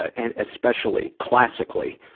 and, especially, classically,